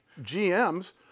GMs